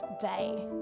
day